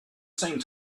same